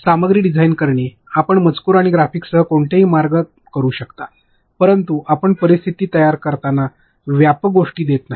सामग्री डिझाइन करणे आपण मजकूर आणि ग्राफिक्स सह कोणतेही मार्ग करू शकता परंतु आपण परिस्थिती तयार करताना व्यापक गोष्टी देत नाही